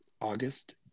August